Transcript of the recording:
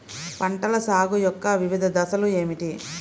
పంటల సాగు యొక్క వివిధ దశలు ఏమిటి?